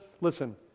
listen